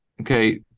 Okay